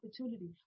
opportunity